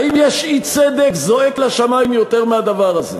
האם יש אי-צדק זועק לשמים יותר מהדבר הזה?